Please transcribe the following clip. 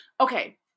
okay